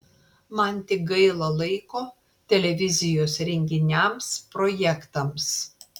man tik gaila laiko televizijos renginiams projektams